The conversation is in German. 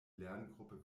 lerngruppe